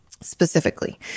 specifically